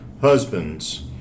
husbands